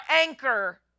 anchor